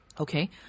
Okay